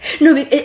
no